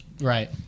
Right